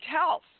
health